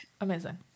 Amazing